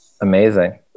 Amazing